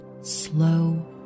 slow